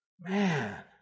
Man